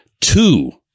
two